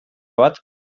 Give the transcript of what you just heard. bat